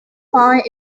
find